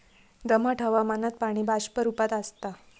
दमट हवामानात पाणी बाष्प रूपात आसता